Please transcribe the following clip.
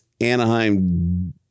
Anaheim